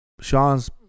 Sean's